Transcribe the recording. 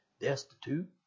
destitute